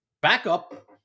backup